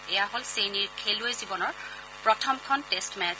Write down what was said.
এয়া হল ছেইনীৰ খেলুৱৈ জীৱনৰ প্ৰথমখন টেষ্ট মেচ